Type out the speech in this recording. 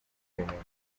kubimenya